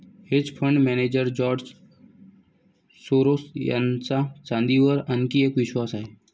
hedge fund manager George Soros यांचा चांदीवर आणखी एक विश्वास आहे